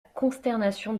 consternation